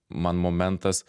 man momentas